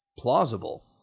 plausible